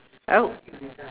I would